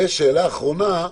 ושאלה אחרונה,